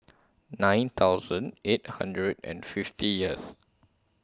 nine thousand eight hundred and fiftieth